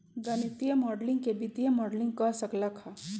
गणितीय माडलिंग के वित्तीय मॉडलिंग कह सक ल ह